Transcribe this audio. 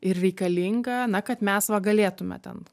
ir reikalingą na kad mes va galėtume ten